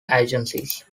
agencies